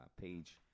page